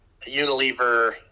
Unilever